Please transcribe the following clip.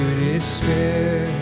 despair